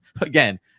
Again